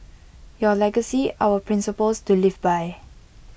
your legacy our principles to live by